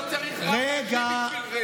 לא צריך רב ראשי בשביל זה.